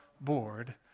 board